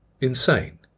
insane